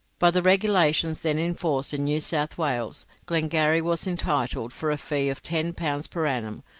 by the regulations then in force in new south wales, glengarry was entitled, for a fee of ten pounds per annum,